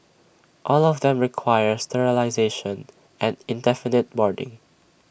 all of them require sterilisation and indefinite boarding